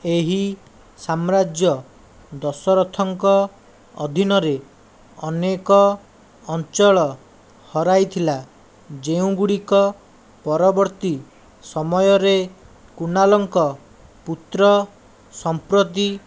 ଏହି ସାମ୍ରାଜ୍ୟ ଦଶରଥଙ୍କ ଅଧୀନରେ ଅନେକ ଅଞ୍ଚଳ ହରାଇଥିଲା ଯେଉଁଗୁଡ଼ିକ ପରବର୍ତ୍ତୀ ସମୟରେ କୁନାଲଙ୍କ ପୁତ୍ର ସମ୍ପ୍ରତି